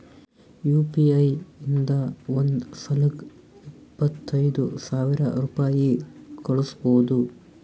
you P I ಇಂದ ಒಂದ್ ಸಲಕ್ಕ ಇಪ್ಪತ್ತೈದು ಸಾವಿರ ರುಪಾಯಿ ಕಳುಸ್ಬೋದು